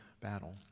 battle